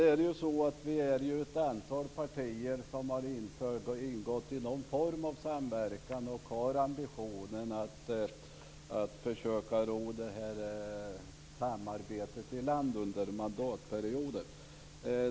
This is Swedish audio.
Fru talman! Vi är ju ett antal partier som har ingått i någon form av samverkan och som har ambitionen att försöka ro detta samarbete i land under mandatperioden.